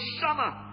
summer